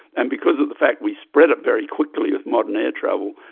and because of the fact we spread it very quickly with modern air travel,